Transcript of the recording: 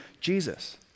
Jesus